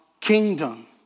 kingdom